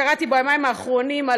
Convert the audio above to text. קראתי ביומיים האחרונים,